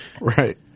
Right